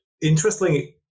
Interesting